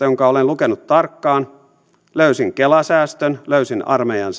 jonka olen lukenut tarkkaan löysin kela säästön löysin armeijan